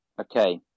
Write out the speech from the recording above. okay